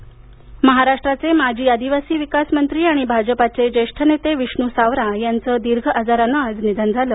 निधन महाराष्ट्राचे माजी आदिवासी विकास मंत्री आणि भाजपचे जेष्ठ नेते विष्णू सवरा यांचं दीर्घ आजारानं निधन झालं